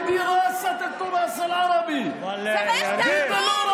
נגד לימודי הערבית.) צריך תרגום,